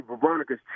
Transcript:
Veronica's